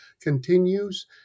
continues